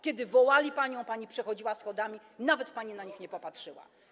Kiedy wołali panią, a pani przechodziła schodami, nawet pani na nich nie popatrzyła.